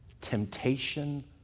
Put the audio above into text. temptation